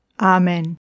Amen